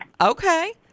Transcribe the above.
Okay